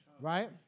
right